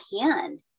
hand